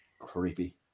creepy